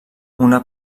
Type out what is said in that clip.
una